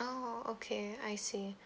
oh oh okay I see